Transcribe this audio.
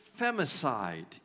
femicide